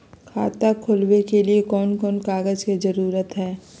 खाता खोलवे के लिए कौन कौन कागज के जरूरत है?